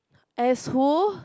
as who